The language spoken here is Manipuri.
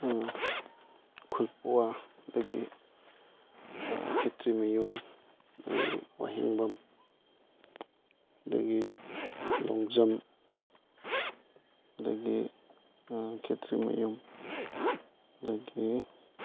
ꯈꯨꯜꯄꯨꯋꯥ ꯑꯗꯒꯤ ꯈꯦꯇ꯭ꯔꯤꯃꯌꯨꯝ ꯑꯗꯩ ꯋꯥꯍꯦꯡꯕꯝ ꯑꯗꯒꯤ ꯂꯣꯡꯖꯝ ꯑꯗꯒꯤ ꯈꯦꯇ꯭ꯔꯤꯃꯌꯨꯝ ꯑꯗꯒꯤ